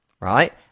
right